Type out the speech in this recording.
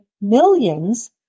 millions